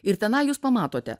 ir tenai jūs pamatote